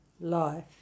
life